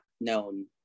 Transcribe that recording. known